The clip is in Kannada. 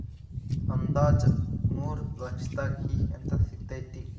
ಅಂದಾಜ ಮೂರ ಲಕ್ಷದಾಗ ಈ ಯಂತ್ರ ಸಿಗತತಿ